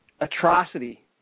atrocity